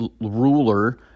ruler